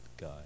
guy